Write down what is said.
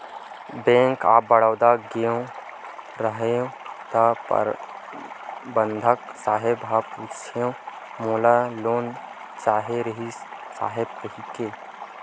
bank of Baroda गेंव रहेव त परबंधक साहेब ल पूछेंव मोला लोन चाहे रिहिस साहेब कहिके